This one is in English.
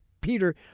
Peter